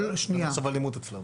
ודאי, זה נחשב אלימות אצלם.